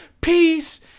peace